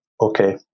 Okay